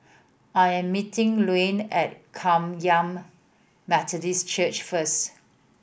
I am meeting Layne at Kum Yan Methodist Church first